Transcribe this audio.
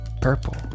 purple